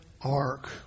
ark